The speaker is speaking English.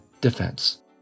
defense